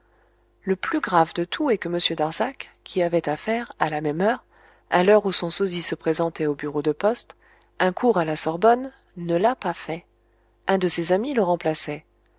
le plus grave de tout est que m darzac qui avait à faire à la même heure à l'heure où son sosie se présentait au bureau de poste un cours à la sorbonne ne l'a pas fait un de ses amis le remplaçait